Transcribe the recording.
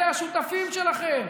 אלה השותפים שלכם.